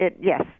Yes